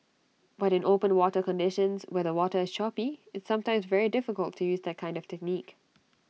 but in open water conditions where the water is choppy it's sometimes very difficult to use that kind of technique